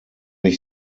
ich